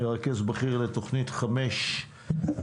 מרכז בכיר לתוכנית 549,